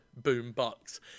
boombox